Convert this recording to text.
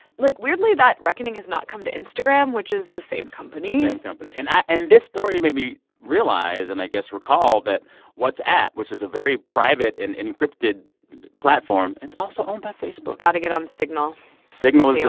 like, weirdly, that reckoning has not come to instagram, which is the same company the same company. and i and this story made me realize, and i guess recall, that whatsapp, which is a very private and encrypted platform, it's also owned by facebook got to get on signal signal ah